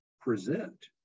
present